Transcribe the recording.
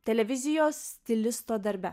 televizijos stilisto darbe